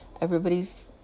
everybody's